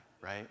right